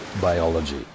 biology